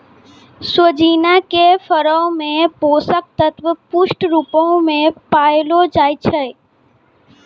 सोजिना के फरो मे पोषक तत्व पुष्ट रुपो मे पायलो जाय छै